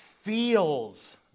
Feels